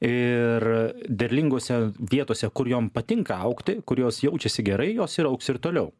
ir derlingose vietose kur jom patinka augti kur jos jaučiasi gerai jos ir augs ir toliau